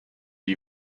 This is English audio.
can